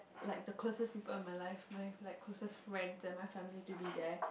like the closest people in my life my like closest friends and my family to be there